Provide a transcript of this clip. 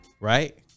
right